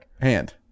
Hand